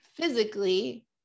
physically